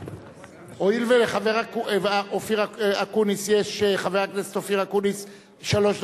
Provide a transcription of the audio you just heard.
הואיל ולחבר הכנסת אופיר אקוניס יש שלוש דקות,